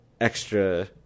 extra